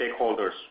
stakeholders